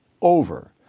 over